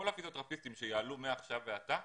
כל הפיזיותרפיסטים שיעלו מעכשיו והלאה,